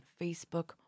Facebook